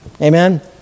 Amen